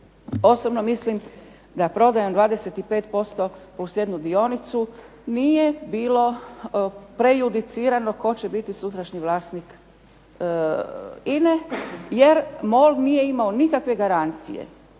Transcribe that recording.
Osobno mislim da prodajom 25 + jednu dionicu nije bilo prejudicirano tko će biti sutrašnji vlasnik INA-e, jer MOL nije imao nikakve garancije